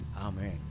Amen